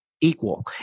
equal